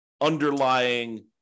underlying